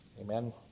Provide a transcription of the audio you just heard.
Amen